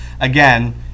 again